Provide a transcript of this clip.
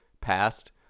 passed